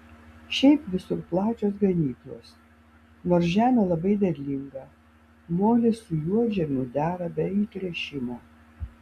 šiaip visur plačios ganyklos nors žemė labai derlinga molis su juodžemiu dera be įtręšimo